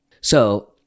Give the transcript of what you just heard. So-